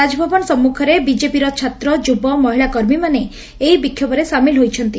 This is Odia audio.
ରାଜଭବନ ସମ୍ମୁଖରେ ବିଜେପିର ଛାତ୍ର ଯୁବ ମହିଳା କର୍ମୀମାନେ ଏହି ବିକ୍ଷୋଭରେ ସାମିଲ ହୋଇଛନ୍ତି